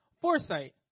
foresight